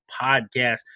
podcast